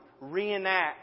reenact